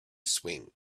swing